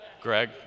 Greg